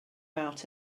out